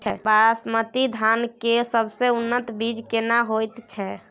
बासमती धान के सबसे उन्नत बीज केना होयत छै?